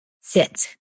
sit